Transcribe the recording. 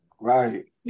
Right